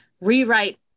rewrite